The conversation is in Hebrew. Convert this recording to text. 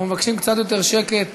אנחנו מבקשים קצת יותר שקט,